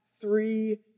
three